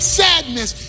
sadness